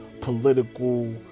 political